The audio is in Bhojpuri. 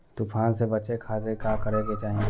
तूफान से बचे खातिर का करे के चाहीं?